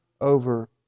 over